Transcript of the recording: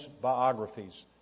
biographies